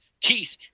Keith